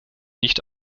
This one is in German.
nicht